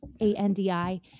A-N-D-I